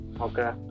Okay